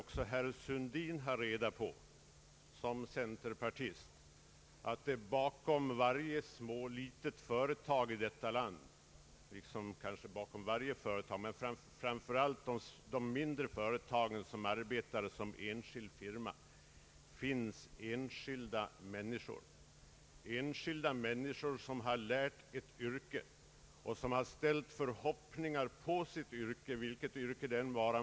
Också herr Sundin borde ha reda på att det bakom varje företag i vårt land finns enskilda människor. Många av dem har lärt ett yrke och ställt förhoppningar på sitt yrke, vilket det än må vara.